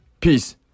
Peace